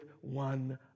one